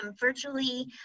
virtually